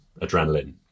adrenaline